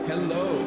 Hello